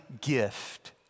gift